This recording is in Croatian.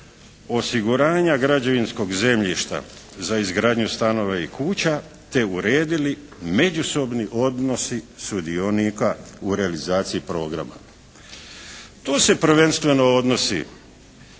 osiguranja građevinskog zemljišta za izgradnju stanova i kuća, te uredili međusobni odnosi sudionika u realizaciji programa. To se prvenstveno odnosi